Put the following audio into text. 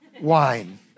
Wine